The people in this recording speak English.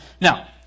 Now